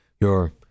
Your